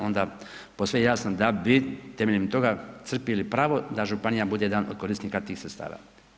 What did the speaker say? Onda je posve jasno da bi temeljem toga crpili pravo da županija bude jedan od korisnika tih sredstava.